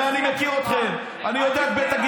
לא רוצה לשמוע, אין בעיה.